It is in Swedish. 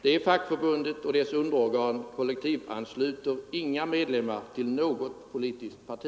Det fackförbundet och dess underorgan kollektivansluter inga medlemmar till något politiskt parti.